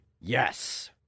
Yes